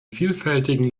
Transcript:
vielfältigen